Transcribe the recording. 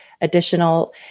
additional